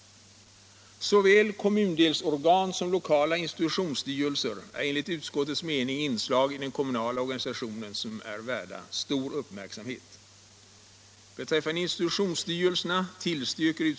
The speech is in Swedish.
Såväl kommundelsorgan som lokala institutionsstyrelser är enligt utskottets mening inslag i den kommunala organisationen som är värda stor uppmärksamhet.